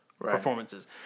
performances